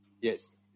Yes